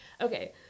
Okay